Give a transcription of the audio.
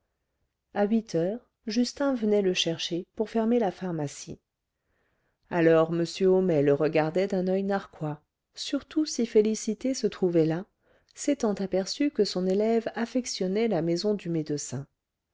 à huit heures justin venait le chercher pour fermer la pharmacie alors m homais le regardait d'un oeil narquois surtout si félicité se trouvait là s'étant aperçu que son élève affectionnait la maison du médecin